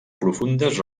profundes